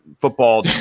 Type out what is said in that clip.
football